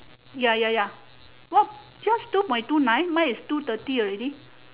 ya ya ya what yours is two point two nine mine is two thirty already